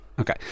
Okay